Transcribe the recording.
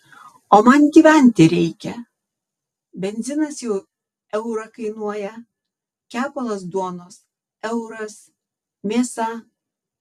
o man gyventi reikia benzinas jau eurą kainuoja kepalas duonos euras mėsa